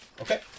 Okay